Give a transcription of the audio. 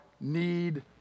need